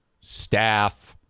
staff